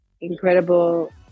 incredible